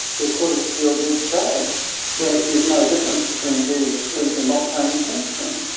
the court of appeal did say that there's no difference between being asleep and not paying attention.